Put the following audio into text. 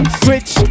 switch